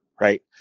Right